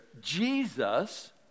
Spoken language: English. Jesus